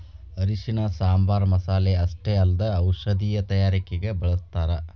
ಅರಿಶಿಣನ ಸಾಂಬಾರ್ ಮಸಾಲೆ ಅಷ್ಟೇ ಅಲ್ಲದೆ ಔಷಧೇಯ ತಯಾರಿಕಗ ಬಳಸ್ಥಾರ